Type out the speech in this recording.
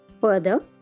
Further